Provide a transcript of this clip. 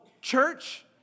church